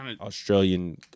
Australian